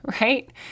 right